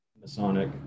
Masonic